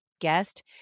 Guest